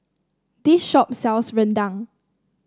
this shop sells Rendang